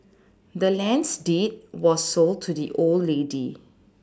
the land's deed was sold to the old lady